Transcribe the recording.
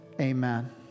Amen